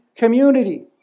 Community